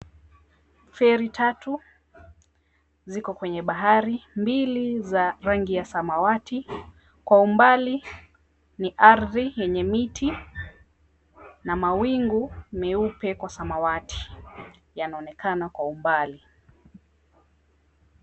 Feri tatu ziko kwenye bahari, mbili za rangi ya samawati, kwa umbali ni ardhi yenye miti na mawingu meupe kwa samawati yanaonekana kwa umbali.